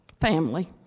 family